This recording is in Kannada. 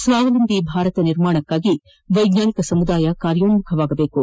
ಸ್ವಾವಲಂಬಿ ಭಾರತ್ ನಿರ್ಮಾಣ ಮಾಡಲು ವೈಜ್ಞಾನಿಕ ಸಮುದಾಯ ಕಾರ್ಯೋನ್ಮ್ಮಖವಾಗಬೇಕು